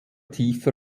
tiefer